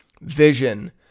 vision